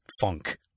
funk